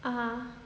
(uh huh)